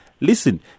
Listen